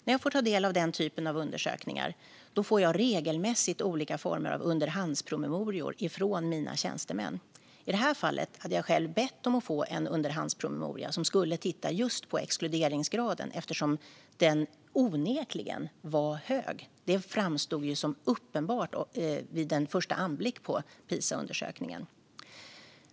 När jag får ta del av den typen av undersökningar får jag regelmässigt olika former av underhandspromemorior från mina tjänstemän. I det här fallet hade jag själv bett om att få en underhandspromemoria som skulle titta just på exkluderingsgraden, eftersom den onekligen var hög. Det framstod ju som uppenbart vid en första anblick på Pisaundersökningen.